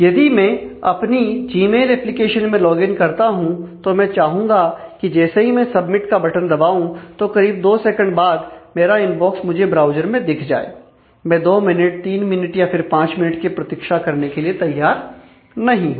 यदि मैं अपनी जीमेल एप्लीकेशन में लॉगिन करता हूं तो मैं चाहूंगा कि जैसे ही मैं सबमिट का बटन दबाउ तो करीब 2 सेकंड बाद मेरा इनबॉक्स मुझे मेरे ब्राउज़र में दिख जाए मैं 2 मिनट 3 मिनट या फिर 5 मिनट के लिए प्रतीक्षा करने के लिए तैयार नहीं हूं